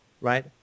right